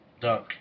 dunk